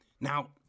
Now